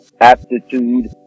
aptitude